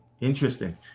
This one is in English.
Interesting